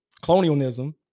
colonialism